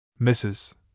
Mrs